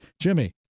Jimmy